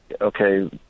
okay